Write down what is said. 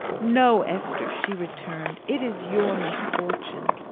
no, esther! she returned. it is your misfortune!